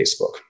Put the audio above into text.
Facebook